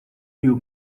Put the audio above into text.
you